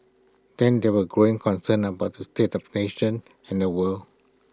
then there were growing concerns about the state of nation and the world